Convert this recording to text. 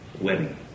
wedding